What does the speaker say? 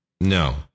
No